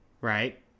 Right